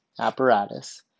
apparatus